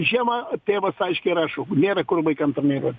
žiemą tėvas aiškiai rašo nėra kur vaikam treniruotis